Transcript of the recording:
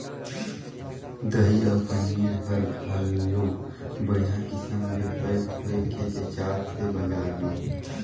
दही अउ पनीर हर घलो बड़िहा किसम ले पैक होयके बेचात हे बजार म